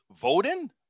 voting